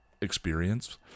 experience